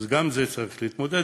אז גם עם זה צריך להתמודד,